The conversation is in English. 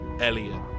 Elliot